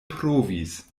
provis